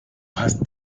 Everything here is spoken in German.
hast